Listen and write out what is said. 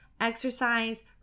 exercise